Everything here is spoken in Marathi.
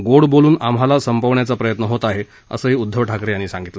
गोड बोलून आम्हाला संपवण्याचा प्रयत्न होत आहे असंही त्यांनी सांगितलं